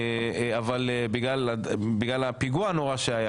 אבל בגלל הפיגוע הנורא שהיה,